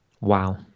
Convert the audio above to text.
Wow